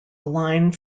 line